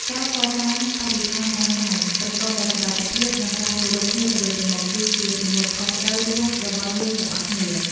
ការកសាងបរិស្ថានអនឡាញប្រកបដោយសុវត្ថិភាព និងការគោរពគ្នាទៅវិញទៅមក គឺជាទំនួលខុសត្រូវរួមរបស់យើងទាំងអស់គ្នា។